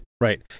Right